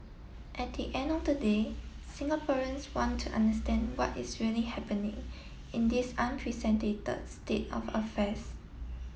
at the end of the day Singaporeans want to understand what is really happening in this unprecedented state of affairs